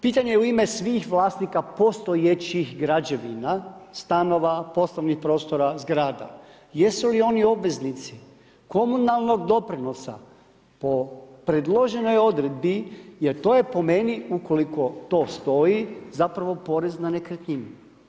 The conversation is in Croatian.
Pitanje u ime svih vlasnika postojećih građevina, stanova, poslovnih prostora, zgrada, jesu li oni obveznici komunalnoj doprinosa po predloženoj odredbi jer to je po meni ukoliko to stoji, zapravo porez na nekretnine.